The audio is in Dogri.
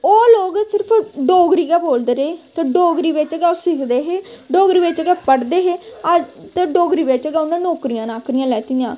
ओह् लोग सिर्फ डोगरी गै बोलदे रेह् ते डोगरी बिच्च गै सिखदे हे डोगरी बिच्च गै पढ़दे हे अज्ज ते डोगरी बिच्च गै उ'नें नौकरियां नाकरियां लैतियां